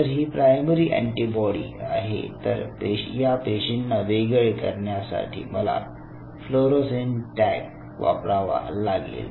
जर ही primary antibody आहे तर या पेशींना वेगळे करण्यासाठी मला फ्लोरोसेंट टॅग वापरावा लागेल